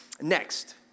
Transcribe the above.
next